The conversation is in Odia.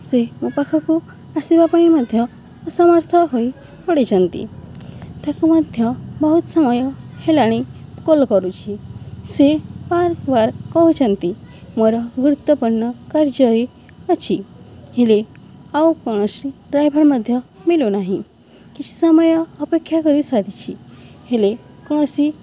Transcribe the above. ସେ ମୋ ପାଖକୁ ଆସିବା ପାଇଁ ମଧ୍ୟ ଅସମର୍ଥ ହୋଇ ପଡ଼ିଛନ୍ତି ତାକୁ ମଧ୍ୟ ବହୁତ ସମୟ ହେଲାଣି କଲ୍ କରୁଛି ସେ କହୁଛନ୍ତି ମୋର ଗୁରୁତ୍ୱପୂର୍ଣ୍ଣ କାର୍ଯ୍ୟରେ ଅଛି ହେଲେ ଆଉ କୌଣସି ଡ୍ରାଇଭର ମଧ୍ୟ ମିଳୁ ନାହିଁ କିଛି ସମୟ ଅପେକ୍ଷା କରି ସାରିଛି ହେଲେ କୌଣସି